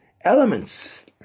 elements